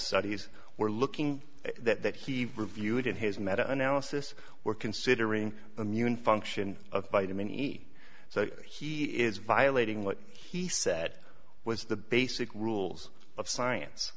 studies were looking that he reviewed in his mete analysis were considering immune function of vitamin e so he is violating what he said was the basic rules of science